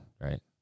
right